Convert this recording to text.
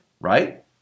right